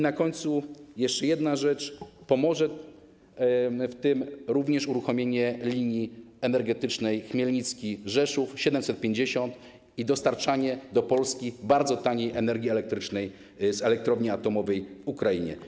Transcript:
Na końcu jeszcze jedna rzecz: pomoże w tym również uruchomienie linii energetycznej Chmielnicka - Rzeszów 750 kV i dostarczanie do Polski bardzo taniej energii elektrycznej z elektrowni atomowej w Ukrainie.